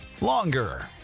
longer